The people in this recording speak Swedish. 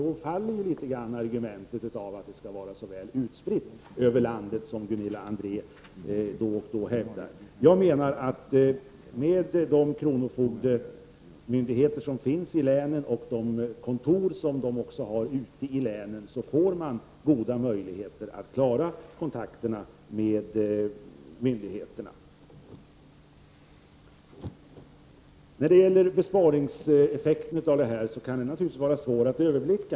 Då faller Gunilla Andrés argument att systemet skall vara väl utspritt över landet. Jag menar att med de kronofogdemyndigheter som finns i länen och de kontor som finns ute i länen, får man goda möjligheter att klara kontakterna med myndigheterna. Det kan naturligtvis vara svårt att överblicka besparingseffekten.